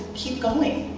keep going.